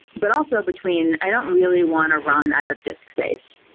but also between i don't really want to run out of disk space.